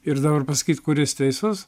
ir dabar pasakyt kuris teisus